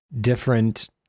different